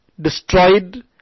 destroyed